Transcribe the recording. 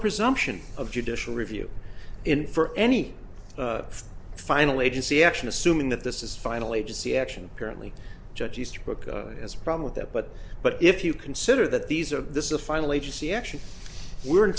presumption of judicial review in for any final agency action assuming that this is final agency action apparently judge easterbrook as a problem with that but but if you consider that these are this is a final agency actually we're